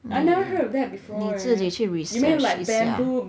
hmm 你自己去 research 一下